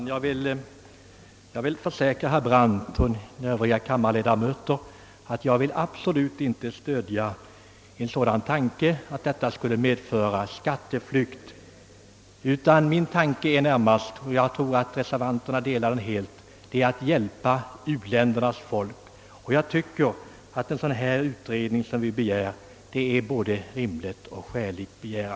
Herr talman! Jag vill försäkra herr Brandt och övriga kammarledamöter, att jag absolut inte vill stödja en ordning som skulle möjliggöra skatteflykt. Min uppfattning är närmast — och jag tror att reservanterna delar den helt — att vi bör hjälpa u-ländernas folk. Jag tycker att det är både rimligt och skäligt att begära en sådan utredning som vi vill ha.